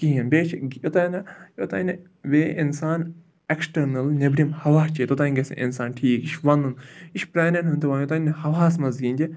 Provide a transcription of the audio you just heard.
کِہیٖنۍ بیٚیہِ چھِ یوٚتانۍ نہٕ یوٚتانۍ نہٕ بیٚیہِ اِنسان اٮ۪کٕسٹٔرنَل نٮ۪برِم ہوا چیٚیہِ توٚتانۍ گژھِ اِنسان ٹھیٖک یہِ چھِ وَنُن یہِ چھِ پرٛانٮ۪ن ہُنٛد تہِ وَنُن یوٚتانۍ نہٕ ہَوہَس منٛز گِنٛدِ